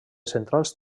centrals